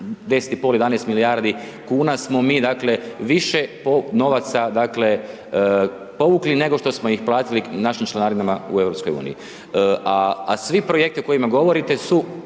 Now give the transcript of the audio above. pol, 11 milijardi kuna smo mi dakle više novaca povukli nego što smo ih platili našim članarinama u EU, a vi projekti o kojima govorite su